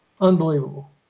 Unbelievable